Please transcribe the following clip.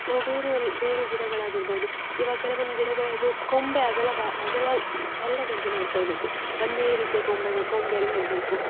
ನಾವು ಬೇರೆ ಎಲ್ಲಿ ಬೇರೆ ಗಿಡಗಳಾಗಿರ್ಬೋದು ಇವಾಗ ಕೆಲವೊಂದು ಗಿಡಗಳದ್ದು ಕೊಂಬೆ ಅಗಲ ಅಗಲ ಹರಡದಂತೆ ನೋಡಿಕೊಳ್ಬೇಕು ಒಂದೇ ರೀತಿಯ ಕೊಂಬೆಗೆ ಕೊಂಬೆಯಲ್ಲಿ ಹೋಗಬೇಕು